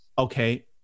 okay